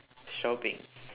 shopping